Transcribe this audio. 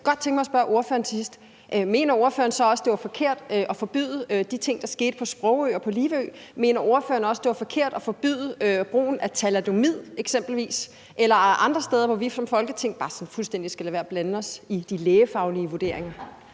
godt tænke mig at spørge ordføreren: Mener ordføreren så også, at det var forkert at forbyde de ting, der skete på Sprogø og på Livø? Mener ordføreren også, det var forkert at forbyde eksempelvis brugen af thalidomid? Og er der andre steder, hvor vi som Folketing bare fuldstændig skal være med at blande os i de lægefaglige vurderinger?